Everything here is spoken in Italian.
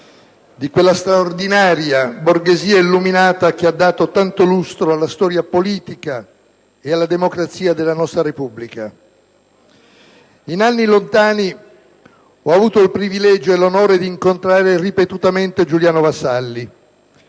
di quella straordinaria borghesia illuminata che ha dato tanto lustro alla storia politica e alla democrazia della nostra Repubblica. In anni lontani ho avuto il privilegio e l'onore di incontrare ripetutamente Giuliano Vassalli,